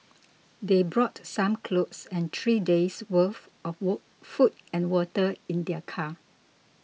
they brought some clothes and three days' worth of were food and water in their car